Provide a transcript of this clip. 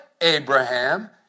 Abraham